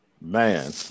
Man